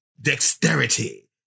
Dexterity